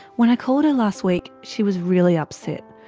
when i called her last week, she was really upset.